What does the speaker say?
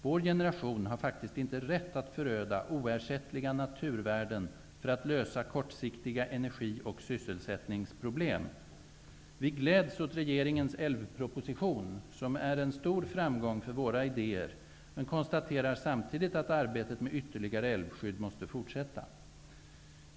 Vår generation har faktiskt inte rätt att föröda oersättliga naturvärden för att lösa kortsiktiga energi och sysselsättningsproblem. Vi gläds åt regeringens älvproposition, som är en stor framgång för våra idéer, men konstaterar samtidigt att arbetet med ytterligare älvskydd måste fortsätta.